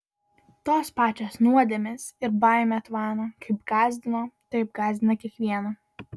tos pačios nuodėmės ir baimė tvano kaip gąsdino taip gąsdina kiekvieną